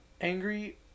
Angry